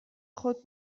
خود